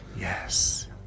Yes